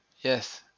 Yes